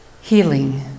Healing